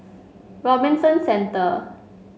Robinson Centre